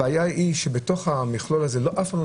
הבעיה היא שבתוך המכלול הזה אף פעם לא